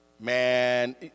Man